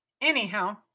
Anyhow